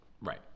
Right